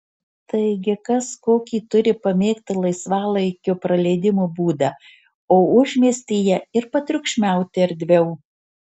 taigi kas kokį turi pamėgtą laisvalaikio praleidimo būdą o užmiestyje ir patriukšmauti erdviau